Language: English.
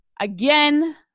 Again